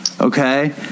Okay